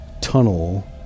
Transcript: tunnel